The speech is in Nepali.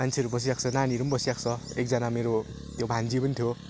मान्छेहरू बसिरहेको छ नानीहरू पनि बसिरहेको छ एकजना मेरो त्यो भान्जी पनि थियो